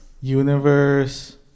Universe